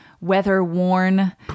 weather-worn